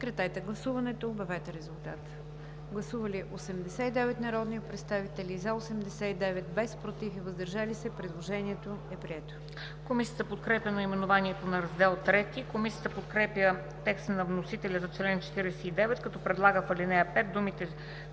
Комисията подкрепя наименованието на Раздел III. Комисията подкрепя текста на вносителя за чл. 49, като предлага в ал. 5